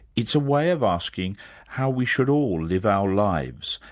it's a way of asking how we should all live our lives,